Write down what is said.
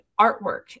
artwork